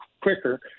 quicker